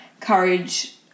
courage